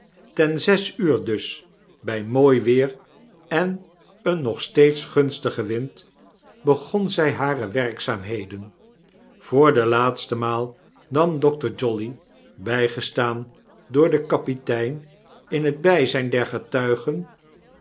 ten zes uur dus by mooi weer en een nog steeds gunstigen wind begon zij hare werkzaamheden yoor de laatste maal nam dokter jolly bygestaan door den kapitein in het byzijn der getuigen